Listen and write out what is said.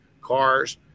cars